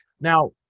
Now